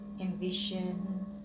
envision